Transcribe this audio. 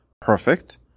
perfect